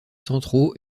centraux